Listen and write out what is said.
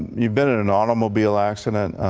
you've been in an automobile accident,